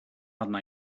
arna